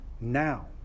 now